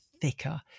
thicker